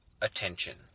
attention